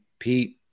Pete